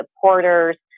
supporters